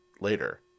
later